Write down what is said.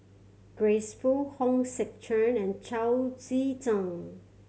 Grace Fu Hong Sek Chern and Chao Tzee Cheng